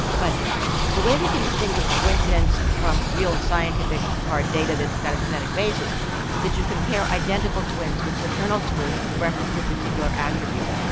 but the way we can distinguish coincidence from real scientific hard data that's got a genetic basis is that you compare identical twins with fraternal twins with reference to a particular attribute.